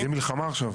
זה מלחמה עכשיו.